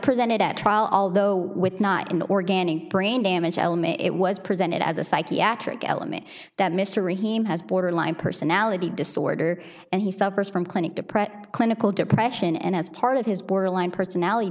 presented at trial although with not in the organic brain damage element it was presented as a psychiatric element that mystery him has borderline personality disorder and he suffers from clinic depression clinical depression and as part of his borderline personality